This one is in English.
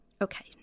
Okay